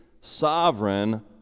sovereign